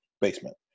basement